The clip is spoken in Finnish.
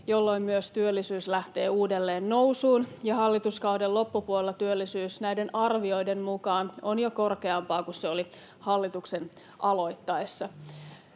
jolloin myös työllisyys lähtee uudelleen nousuun, ja hallituskauden loppupuolella työllisyys näiden arvioiden mukaan on jo korkeampaa kuin se oli hallituksen aloittaessa.